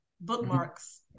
bookmarks